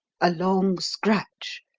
a long scratch,